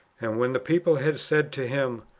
and when the people had said to him,